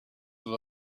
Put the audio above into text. that